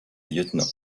lieutenant